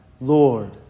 Lord